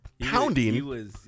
Pounding